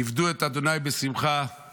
עבדו את ה' בשמחה